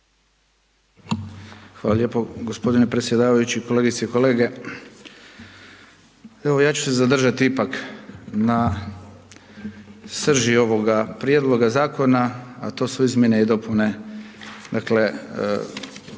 Hvala lijepo gospodine predsjedavajući, kolegice i kolege evo ja ću se zadržati ipak na srži ovoga prijedloga zakona, a to su izmjene i dopune